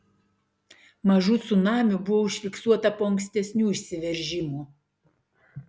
mažų cunamių buvo užfiksuota po ankstesnių išsiveržimų